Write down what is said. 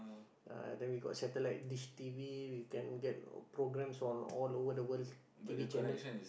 uh then we got satellite dish t_v we can get programmes from all over the world t_v channel